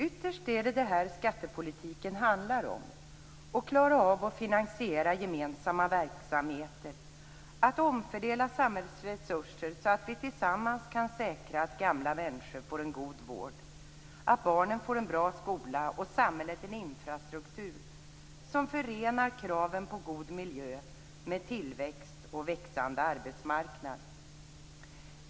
Ytterst är det detta som skattepolitiken handlar om, dvs. att klara av att finansiera gemensamma verksamheter, att omfördela samhällets resurser så att vi tillsammans kan säkra att gamla människor får en god vård, barnen en bra skola och samhället en infrastruktur som förenar kraven på god miljö med tillväxt och en växande arbetsmarknad.